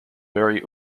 marry